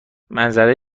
منظره